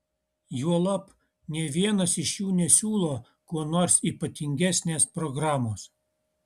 juolab nė vienas iš jų nesiūlo kuo nors ypatingesnės programos